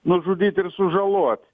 nužudyt ir sužalot